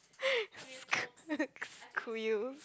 could you